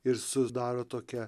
ir susidaro tokia